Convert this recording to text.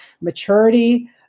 maturity